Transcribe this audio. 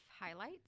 Highlights